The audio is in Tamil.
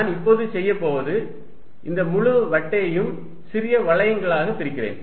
நான் இப்போது செய்யப் போவது இந்த முழு வட்டையும் சிறிய வளையங்களாகப் பிரிக்கிறேன்